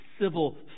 civil